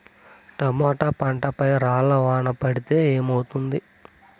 Tomato పంట పై రాళ్లు వాన పడితే ఏమవుతుంది?